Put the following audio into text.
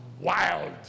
wild